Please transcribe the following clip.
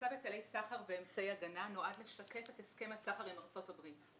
צו היטלי סחר ואמצעי הגנה נועד לשקף את הסכם הסחר עם ארצות הברית.